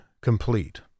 complete